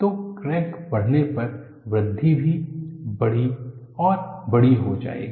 तो क्रैक बढ़ने पर वृद्धि भी बड़ी और बड़ी हो जाएगी